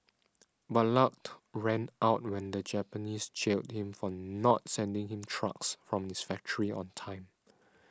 but luck ran out when the Japanese jailed him for not sending him trucks from his factory on time